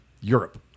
Europe